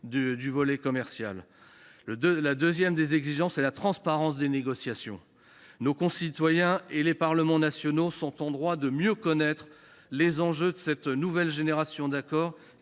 du volet commercial. La deuxième des exigences est la transparence des négociations. Nos concitoyens et les parlements nationaux sont en droit de mieux connaître les enjeux de cette nouvelle génération d’accords,